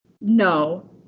No